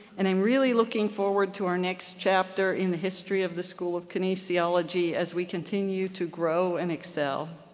and i'm really looking forward to our next chapter in the history of the school of kinesiology as we continue to grow and excel.